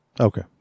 Okay